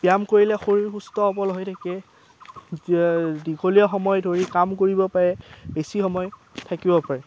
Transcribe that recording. ব্যায়াম কৰিলে শৰীৰ সুস্থ সবল হৈ থাকে দীঘলীয়া সময় ধৰি কাম কৰিব পাৰে বেছি সময় থাকিব পাৰে